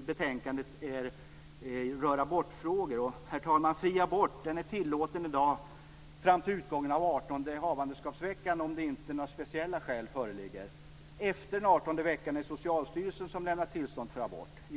betänkandet är detta med aborter. Fri abort är i dagen tillåten fram till utgången av artonde havandeskapsveckan, om inte speciella skäl föreligger. Efter den artonde veckan är det Socialstyrelsen som lämnar tillstånd för abort.